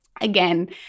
again